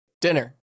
dinner